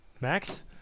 Max